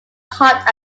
hot